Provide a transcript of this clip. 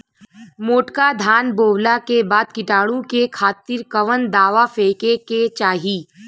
मोटका धान बोवला के बाद कीटाणु के खातिर कवन दावा फेके के चाही?